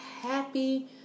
happy